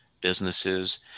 businesses